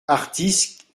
artistes